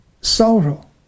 sorrow